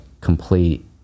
complete